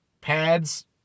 pads